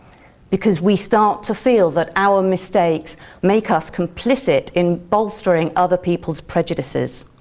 because we start to feel that our mistakes make us complicit in bolstering other people's prejudices.